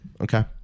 Okay